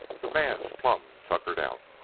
the man's plumb tuckered out.